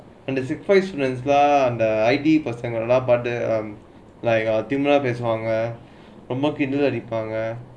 and the surprise நெனைச்சே தான்:nenaichae thaan and the like um tumor திமிரை பேசுவாங்க ரோம் திமிரை பண்வாங்க:thimirai pesuvaanga romba thimirai irupaangga